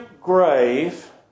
grave